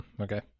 Okay